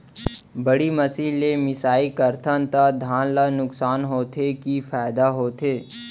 बड़ी मशीन ले मिसाई करथन त धान ल नुकसान होथे की फायदा होथे?